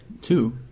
Two